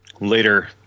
later